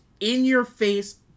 in-your-face